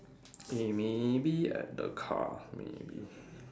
eh maybe at the car maybe